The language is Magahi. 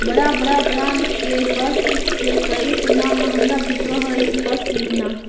बड़ा बड़ा ब्राण्ड के वस्त्र से कई गुणा महँगा बिकऽ हई पशमीना